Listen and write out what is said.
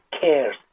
cares